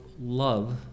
love